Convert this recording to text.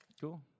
cool